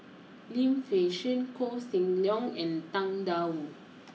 Lim Fei Shen Koh Seng Leong and Tang Da Wu